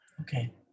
Okay